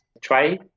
try